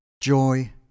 Joy